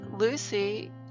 Lucy